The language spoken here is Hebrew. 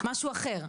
משהו אחר,